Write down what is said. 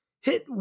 hit